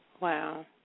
Wow